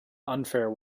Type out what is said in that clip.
unfair